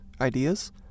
ideas